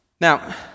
Now